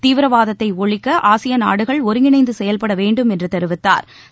தீவிரவாதத்தை ஒழிக்க ஆசிய நாடுகள் ஒருங்கிணைந்து செயல்படவேண்டும் என்று தெரிவித்தாா்